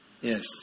Yes